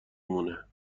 مونه